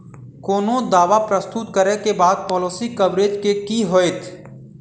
कोनो दावा प्रस्तुत करै केँ बाद पॉलिसी कवरेज केँ की होइत?